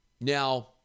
Now